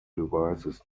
devices